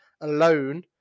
alone